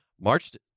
marched